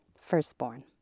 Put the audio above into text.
Firstborn